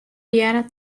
hearre